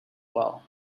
well